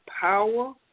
power